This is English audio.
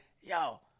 yo